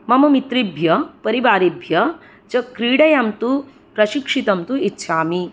मम मित्रेभ्यः परिवारेभ्यः च क्रीडायां तु प्रशिक्षितं तु इच्छामि